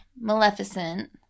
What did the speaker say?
Maleficent